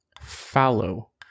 Fallow